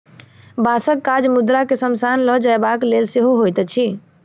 बाँसक काज मुर्दा के शमशान ल जयबाक लेल सेहो होइत अछि